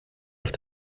auf